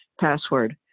password